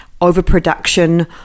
overproduction